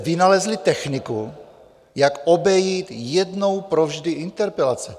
Vy jste vynalezli techniku, jak obejít jednou provždy interpelace.